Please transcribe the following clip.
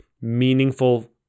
meaningful